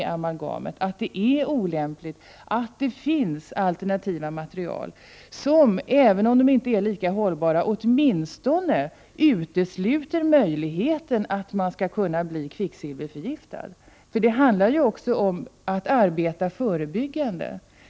De bör informeras om att det är ett olämpligt material och att det finns alternativa material, som — även om de inte är lika hållbara — åtminstone inte kan leda till att man blir kvicksilverförgiftad. Det handlar ju också om att man skall arbeta förebyggande.